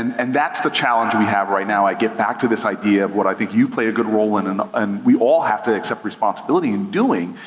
and and that's the challenge we have right now. i get back to this idea of what i think you play a good role in, and and we all have to accept responsibility in doing,